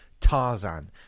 Tarzan